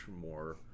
more